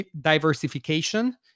diversification